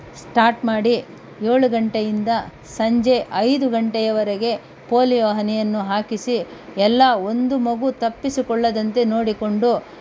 start ಮಾಡಿ ಏಳು ಗಂಟೆಯಿಂದ ಸಂಜೆ ಐದು ಗಂಟೆಯವರೆಗೆ ಪೋಲಿಯೋ ಹನಿಯನ್ನು ಹಾಕಿಸಿ ಎಲ್ಲ ಒಂದು ಮಗು ತಪ್ಪಿಸಿಕೊಳ್ಳದಂತೆ ನೋಡಿಕೊಂಡು